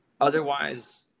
Otherwise